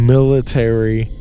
Military